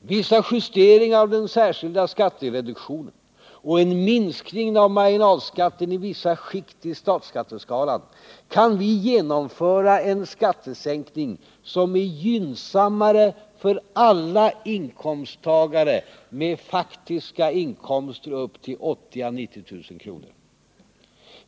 vissa justeringar av den särskilda skattereduktionen och en minskning av marginalskatten i vissa skikt i statsskatteskalan kan vi genomföra en skattesänkning som är gynnsammare för alla inkomsttagare med faktiska inkomster upp till 80 000 å 90 000 kr.